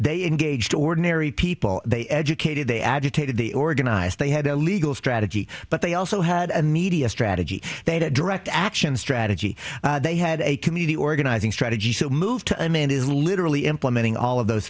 they engaged ordinary people they educated they agitated the organize they had a legal strategy but they also had a media strategy they had direct action strategy they had a community organizing strategy to move to amend is literally implementing all of those